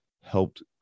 helped